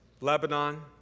Lebanon